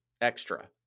extra